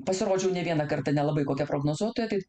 pasirodžiau ne vieną kartą nelabai kokia prognozuotoja tai